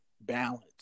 balance